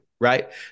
right